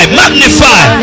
magnify